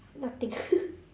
nothing